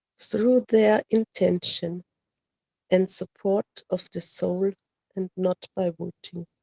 through their intention and support of the soul and not by voting.